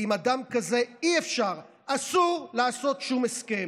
ועם אדם כזה אי-אפשר, אסור, לעשות שום הסכם.